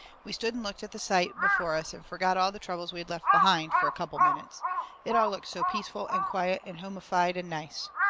we stood and looked at the sight before us and forgot all the troubles we had left behind, fur a couple of minutes it all looked so peaceful and quiet and homeyfied and nice.